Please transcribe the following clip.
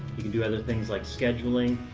you can do other things like scheduling,